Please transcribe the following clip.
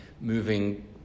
moving